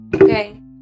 Okay